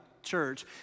church